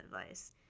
advice